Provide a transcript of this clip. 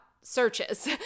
searches